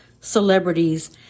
celebrities